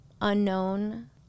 unknown